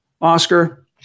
Oscar